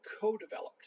co-developed